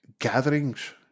gatherings